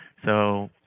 so,